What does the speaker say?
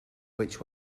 which